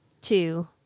two